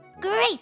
Great